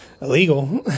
illegal